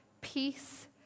peace